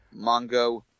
Mongo